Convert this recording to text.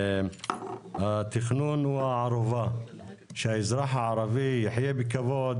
התכנון הוא הערובה שהאזרח הערבי יחיה בכבוד,